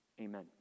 Amen